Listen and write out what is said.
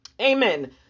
Amen